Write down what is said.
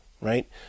right